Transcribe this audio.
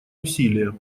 усилия